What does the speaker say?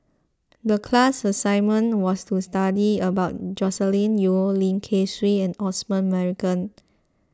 the class assignment was to study about Joscelin Yeo Lim Kay Siu and Osman Merican